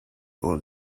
all